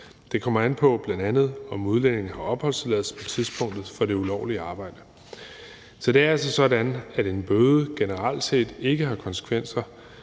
Det kommer bl.a. an på, om udlændingen har opholdstilladelse på tidspunktet for det ulovlige arbejde. Det er altså sådan, at en bøde generelt set ikke har konsekvenser